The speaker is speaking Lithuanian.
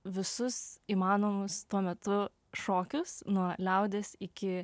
visus įmanomus tuo metu šokius nuo liaudies iki